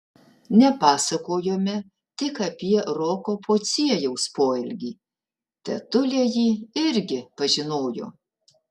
nepasakojome tik apie roko pociejaus poelgį tetulė jį irgi pažinojo